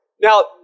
Now